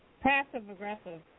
Passive-aggressive